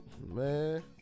Man